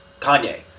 kanye